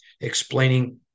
explaining